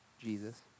Jesus